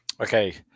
Okay